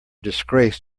disgrace